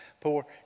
poor